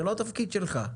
זה לא התפקיד שלך.